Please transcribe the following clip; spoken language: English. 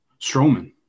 Strowman